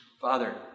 Father